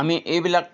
আমি এইবিলাক